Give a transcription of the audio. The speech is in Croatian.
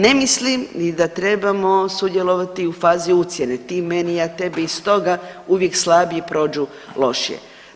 Ne mislim ni da trebamo sudjelovati u fazi ucjene, ti meni ja tebi i stoga uvijek slabiji prođu lošije.